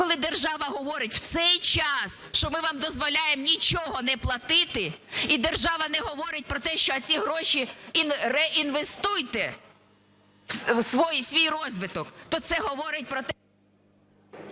Коли держава говорить в цей час, що ми вам дозволяємо нічого не платити, і держава не говорить про те, що а ці гроші реінвестуйте в свій розвиток, то це говорить про те…